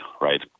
right